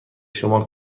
شما